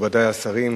מכובדי השרים,